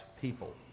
people